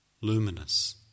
luminous